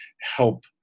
help